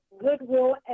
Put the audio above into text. Goodwill